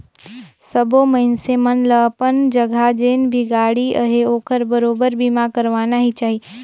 सबो मइनसे मन ल अपन जघा जेन भी गाड़ी अहे ओखर बरोबर बीमा करवाना ही चाही